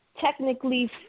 technically